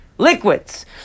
liquids